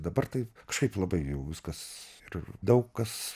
dabar tai kažkaip labai jau viskas ir daug kas